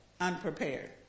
unprepared